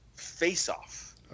face-off